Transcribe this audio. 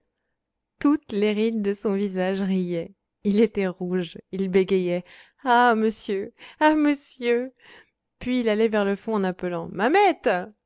toutes les rides de son visage riaient il était rouge il bégayait ah monsieur ah monsieur puis il allait vers le fond en appelant